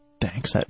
thanks